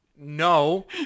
No